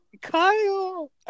Kyle